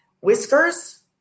whiskers